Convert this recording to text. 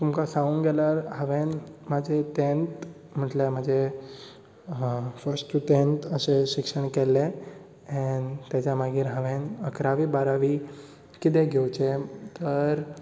तुमकां सांगूंक गेल्यार हांवेन म्हाजी टेन्थ म्हटल्या म्हजें फस्ट टू टेन्थ अशें शिक्षण केल्लें एँड तेच्या मागीर हांवेंन इकरावी बारावी कितें घेवचें तर